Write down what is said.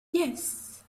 yes